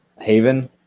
haven